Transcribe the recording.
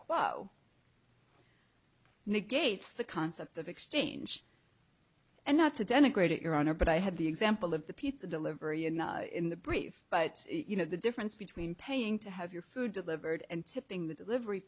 quo negates the concept of exchange and not to denigrate your honor but i had the example of the pizza delivery enough in the brief but you know the difference between paying to have your food delivered and tipping the delivery